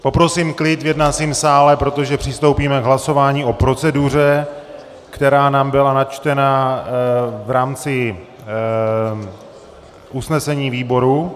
Poprosím klid v jednacím sále, protože přistoupíme k hlasování o proceduře, která nám byla načtena v rámci usnesení výboru.